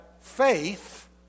faith